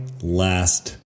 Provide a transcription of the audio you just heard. last